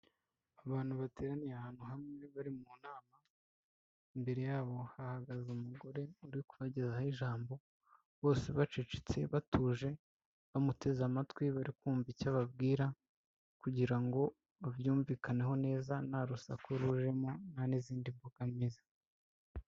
Abantu bateraniye ahantu hamwe bari mu nama, imbere yabo hahagaze umugore uri kubagezeho ijambo, bose bacecetse batuje, bamuteze amatwi bari kumva icyo ababwira kugira ngo baryumvikaneho neza nta rusaku rujemo nta n'izindi mbogamizi.